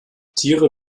tiere